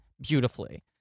beautifully